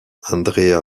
andrea